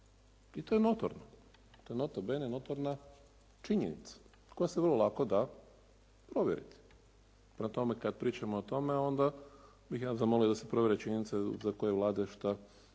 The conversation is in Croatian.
i to je notorno. To je nota bene notorna činjenica koja se vrlo lako da provjeriti. Prema tome, kada pričamo o tome, onda bih ja zamolio da se provjeri činjenica za koje je Vlade šta